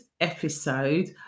episode